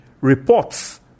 reports